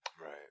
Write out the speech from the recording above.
Right